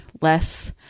less